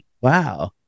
Wow